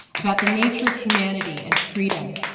about the nature of humanity, and freedom,